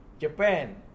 Japan